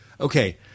okay –